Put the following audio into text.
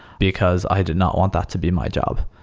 because i did not want that to be my job.